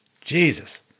Jesus